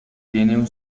tiene